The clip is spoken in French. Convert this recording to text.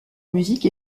musique